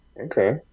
okay